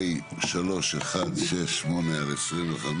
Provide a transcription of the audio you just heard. פ/3168/25